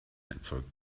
erzeugt